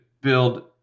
build